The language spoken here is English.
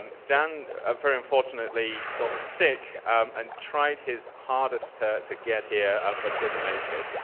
um dan, ah very unfortunately got sick and tried his hardest to to get here um but didn't make it.